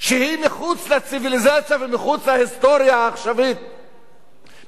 שהיא מחוץ לציוויליזציה ומחוץ להיסטוריה העכשווית,